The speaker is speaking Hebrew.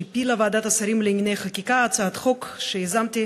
הפילה ועדת השרים לענייני חקיקה הצעת חוק שיזמתי